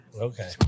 Okay